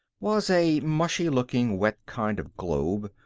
was a mushy-looking, wet kind of globe.